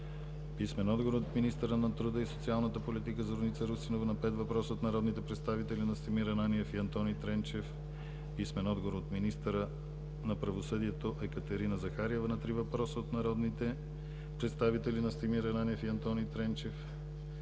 писмен отговор от министъра на труда и социалната политика Зорница Русинова на пет въпроса от народните представители Настимир Ананиев и Антони Тренчев; - писмен отговор от министъра на правосъдието Екатерина Захариева на три въпроса от народните представители Настимир Ананиев и Антони Тренчев;